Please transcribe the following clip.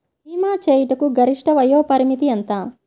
భీమా చేయుటకు గరిష్ట వయోపరిమితి ఎంత?